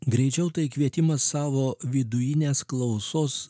greičiau tai kvietimas savo vidujinės klausos